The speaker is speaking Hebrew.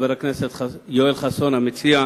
חבר הכנסת יואל חסון המציע,